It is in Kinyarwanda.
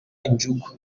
injugu